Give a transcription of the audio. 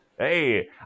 Hey